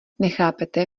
nechápete